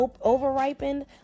over-ripened